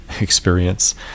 experience